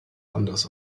anders